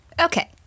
Okay